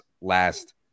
last